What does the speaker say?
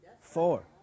four